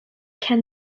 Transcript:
can